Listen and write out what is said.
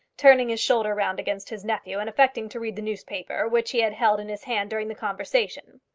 turning his shoulder round against his nephew, and affecting to read the newspaper which he had held in his hand during the conversation.